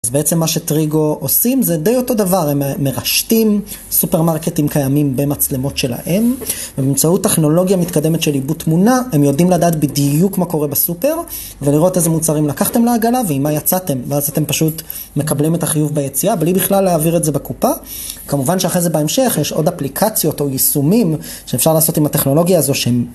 אז בעצם מה שטריגו עושים זה די אותו דבר, הם מרשתים סופרמרקטים קיימים במצלמות שלהם ובאמצעות טכנולוגיה מתקדמת של עיבוד תמונה הם יודעים לדעת בדיוק מה קורה בסופר ולראות איזה מוצרים לקחתם לעגלה ועם מה יצאתם ואז אתם פשוט מקבלים את החיוב ביציאה בלי בכלל להעביר את זה בקופה, כמובן שאחרי זה בהמשך יש עוד אפליקציות או יישומים שאפשר לעשות עם הטכנולוגיה הזו שהם